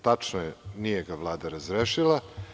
Tačno je, nije ga Vlada razrešila.